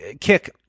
kick